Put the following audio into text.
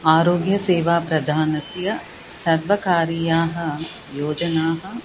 आरोग्यसेवा प्रधानस्य सर्वकारीयाः योजनाः